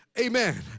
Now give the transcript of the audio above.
Amen